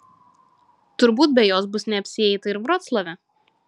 turbūt be jos bus neapsieita ir vroclave